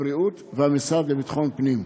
הבריאות והמשרד לביטחון פנים.